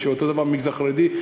אותו הדבר במגזר החרדי,